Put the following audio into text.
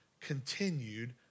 continued